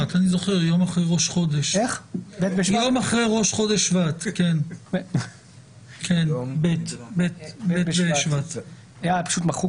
במקום 5,000 יבוא 2,500. זה הקנס על מפעיל